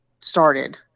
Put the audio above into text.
started